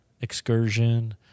excursion